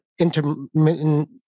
intermittent